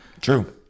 True